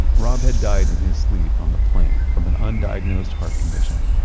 rob had died in his sleep on the plane from an undiagnosed heart condition.